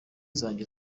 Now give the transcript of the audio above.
zanjye